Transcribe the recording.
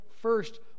first